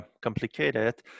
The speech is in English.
complicated